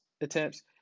attempts